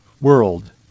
world